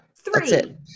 three